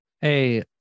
Hey